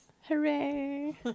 Hooray